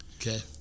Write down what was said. Okay